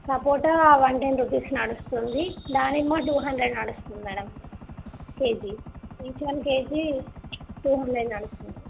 సపోటా one ten rupees నడుస్తుంది దానిమ్మ two hundred నడుస్తుంది madam KG each one KG two hundred నడుస్తుంది